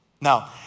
now